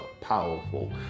powerful